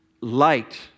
light